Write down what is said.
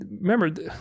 remember